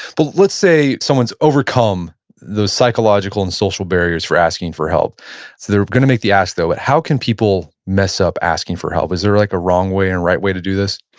but let's say someone's overcome those psychological and social barriers for asking for help. so they're gonna make the ask though, but how can people mess up asking for help, is there like a wrong way and right way to do this?